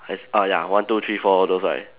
as ah ya one two three four all those right